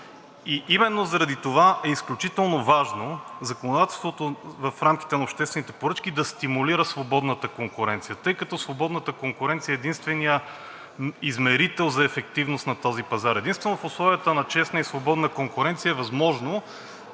Именно заради това е изключително важно законодателството в рамките на обществените поръчки да стимулира свободната конкуренция, тъй като свободната конкуренция е единственият измерител за ефективност на този пазар. Единствено в условията на честна и свободна конкуренция е възможно